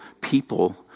people